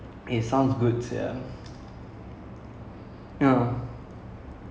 oh அங்க தான்:anga thaan I had my first time you know there's something call ilaneer payasam paayaasam